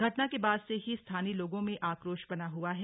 घटना के बाद से ही स्थानीय लोगों में आक्रोश बना हुआ है